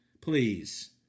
Please